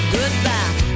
Goodbye